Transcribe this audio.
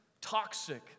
toxic